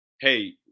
Hey